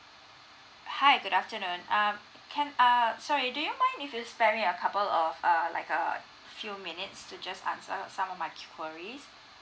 hi good afternoon um can err sorry do you mind if you spare me a couple of err like a few minutes to just answer some of my queries